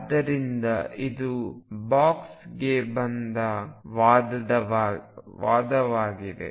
ಆದ್ದರಿಂದ ಇದು ಬಾಕ್ಸ್ಗೆ ಬಂದ ವಾದವಾಗಿದೆ